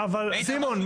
אבל סימון,